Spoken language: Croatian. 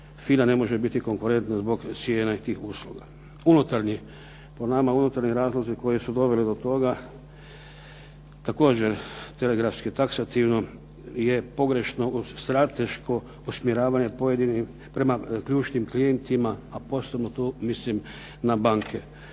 FINA ne može biti konkurentna zbog cijene tih usluga. Unutarnji, po nama unutarnji razlozi koji su doveli do toga, također taksativno je pogrešno strateško usmjeravanje prema ključnim klijentima a posebno tu mislim na banke.